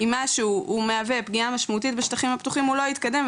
אם משהו הוא מהווה פגיעה משמעותית בשטחים הפתוחים הוא לא יתקדם,